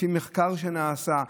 לפי מחקר שנעשה,